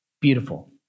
Beautiful